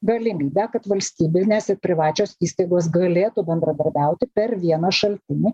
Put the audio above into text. galimybę kad valstybinės ir privačios įstaigos galėtų bendradarbiauti per vieną šaltinį